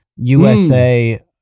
USA